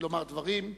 לומר דברים,